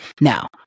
Now